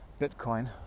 Bitcoin